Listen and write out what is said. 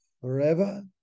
forever